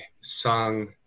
sung